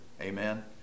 Amen